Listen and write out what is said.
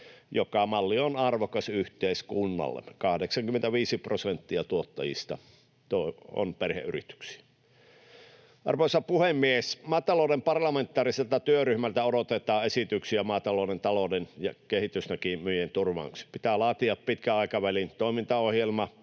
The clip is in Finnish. Se malli on arvokas yhteiskunnallemme — 85 prosenttia tuottajista on perheyrityksiä. Arvoisa puhemies! Maatalouden parlamentaariselta työryhmältä odotetaan esityksiä maatalouden talouden ja kehitysnäkymien turvaamiseksi. Pitää laatia pitkän aikavälin toimintaohjelma